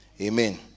Amen